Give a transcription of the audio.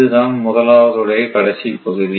இதுதான் முதலாவது உடைய கடைசி பகுதி